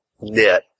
net